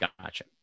Gotcha